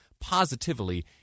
positively